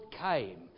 came